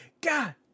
God